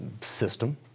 system